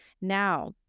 Now